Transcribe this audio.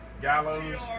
Gallows